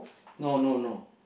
no no no